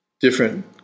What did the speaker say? different